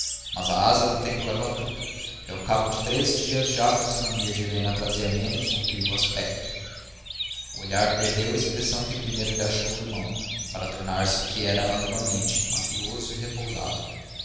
mas a asa do tempo leva tudo e ao cabo de três dias já a fisionomia de helena trazia menos sombrio aspecto o olhar perdeu a expressão que primeiro lhe achou o irmão para tornar-se o que era naturalmente mavioso e repousado